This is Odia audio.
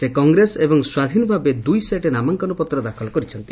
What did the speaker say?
ସେ କଂଗ୍ରେସ ଏବଂ ସ୍ୱାଧୀନଭାବେ ଦୁଇ ସେଟ୍ ନାମାଙ୍କନପତ୍ର ଦାଖଲ କରିଛନ୍ତି